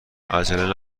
عجله